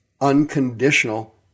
unconditional